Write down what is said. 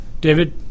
David